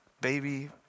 baby